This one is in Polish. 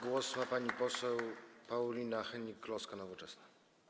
Głos ma pani poseł Paulina Hennig-Kloska, Nowoczesna.